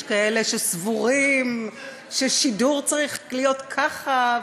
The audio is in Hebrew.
יש כאלה שסבורים ששידור צריך להיות ככה,